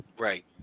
Right